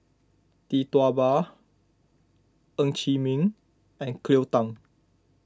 Tee Tua Ba Ng Chee Meng and Cleo Thang